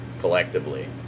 collectively